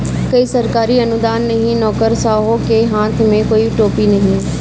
कोई सरकारी अनुदान नहीं, नौकरशाहों के हाथ में कोई टोपी नहीं